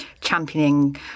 championing